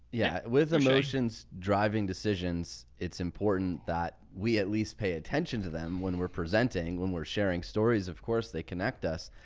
yeah. with emotions driving decisions. it's important that we at least pay attention to them when we're presenting, when we're sharing stories, of course they connect us.